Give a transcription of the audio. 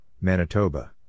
Manitoba